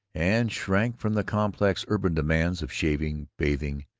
and shrank from the complex urban demands of shaving, bathing,